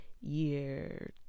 year